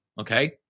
Okay